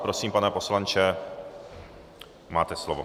Prosím, pane poslanče, máte slovo.